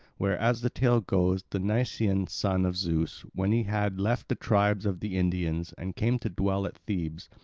where, as the tale goes, the nysean son of zeus, when he had left the tribes of the indians and came to dwell at thebes,